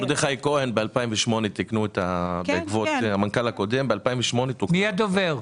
מי הדובר?